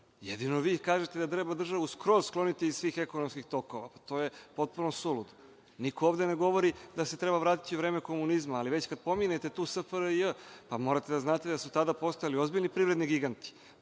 Jedino vi kažete da treba državu skroz skloniti iz svih ekonomskih tokova. To je potpuno suludo. Niko ovde ne govori da se treba vratiti u vreme komunizma, ali već kada pominjete tu SFRJ morate da znate da su tada postojali ozbiljni privredni giganti.